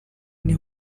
n’i